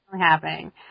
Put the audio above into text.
happening